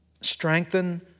strengthen